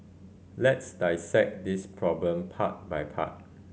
let's dissect this problem part by part